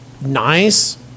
nice